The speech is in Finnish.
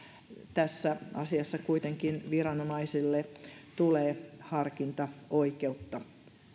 tässä asiassa kuitenkin viranomaisille tulee harkintaoikeutta